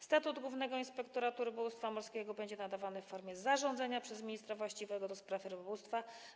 Statut głównego inspektora rybołówstwa morskiego będzie nadawany w formie zarządzenia przez ministra właściwego do spraw rybołówstwa.